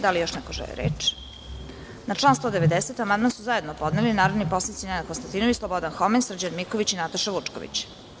Da li još neko želi reč? (Ne) Na član 190. amandman su zajedno podnelinarodni poslanici Nenad Konstantinović, Slobodan Homen, Srđan Miković i Nataša Vučković.